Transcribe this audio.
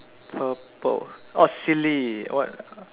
purple orh silly what